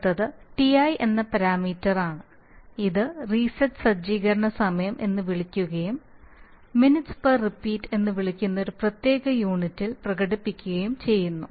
അടുത്തത് Ti എന്ന പാരാമീറ്ററാണ് ഇത് റീസെറ്റ് സജ്ജീകരണ സമയം എന്ന് വിളിക്കുകയും മിനിറ്റ് പർ റിപ്പീറ്റ് എന്ന് വിളിക്കുന്ന ഒരു പ്രത്യേക യൂണിറ്റിൽ പ്രകടിപ്പിക്കുകയും ചെയ്യുന്നു